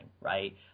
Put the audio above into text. right